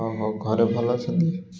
ହ ହଉ ଘରେ ଭଲ ଅଛନ୍ତି